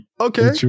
okay